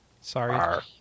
Sorry